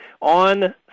on